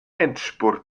endspurt